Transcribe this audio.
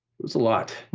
was a lot.